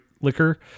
liquor